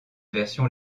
version